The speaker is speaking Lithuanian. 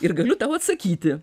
ir galiu tau atsakyti